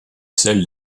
seul